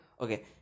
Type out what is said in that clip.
Okay